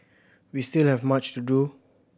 we still have much to do